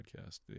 podcast